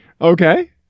Okay